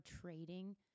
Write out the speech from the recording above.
trading